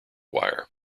wire